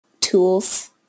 tools